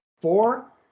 four